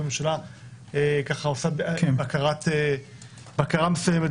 והממשלה עושה בקרה מסוימת,